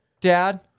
dad